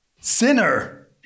Sinner